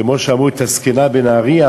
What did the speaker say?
כמו שראו את הזקנה בנהרייה,